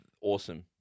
awesome